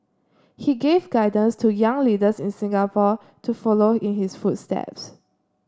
he gave guidance to young leaders in Singapore to follow in his footsteps